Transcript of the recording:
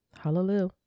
Hallelujah